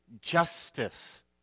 justice